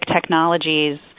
technologies